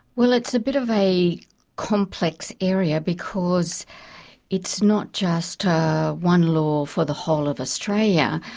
well, it's a bit of a complex area because it's not just one law for the whole of australia.